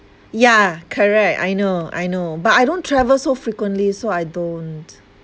yeah correct I know I know but I don't travel so frequently so I don't